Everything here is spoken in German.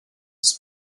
des